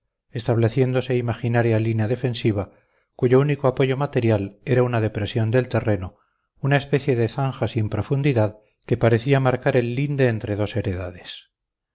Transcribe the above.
estableciéndose imaginaria línea defensiva cuyo único apoyo material era una depresión del terreno una especie de zanja sin profundidad que parecía marcar el linde entre dos heredades